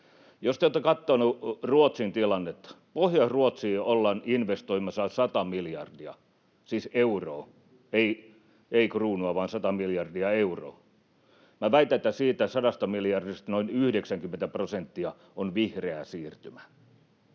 Jos te olette katsonut Ruotsin tilannetta, Pohjois-Ruotsiin ollaan investoimassa 100 miljardia, siis euroa, ei kruunua, vaan 100 miljardia euroa. Minä väitän, että siitä 100 miljardista noin 90 prosenttia on vihreää siirtymää.